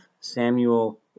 Samuel